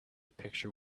picture